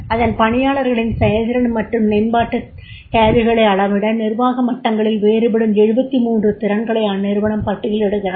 அதன் பணியாளர்களின் செயல்திறன் மற்றும் மேம்பாட்டுத் தேவைகளை அளவிட நிர்வாக மட்டங்களில் வேறுபடும் 73 திறன்களை அந்நிறுவனம் பட்டியலிடுகிறது